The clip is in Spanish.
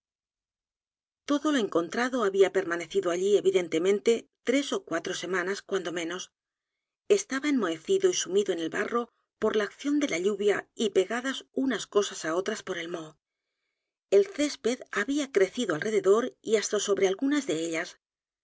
todo lo encontrado había permanecido allí evidentemente tres ó cuatro semanas cuando menos estaba enmohecido y sumido en el'barro por la acción de la lluvia y pegadas unas cosas á otras por el moho el césped había crecido alrededor y hasta sobre algunas de ellas